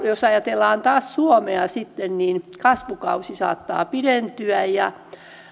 jos ajatellaan taas suomea sitten niin kasvukausi saattaa pidentyä ja